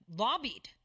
lobbied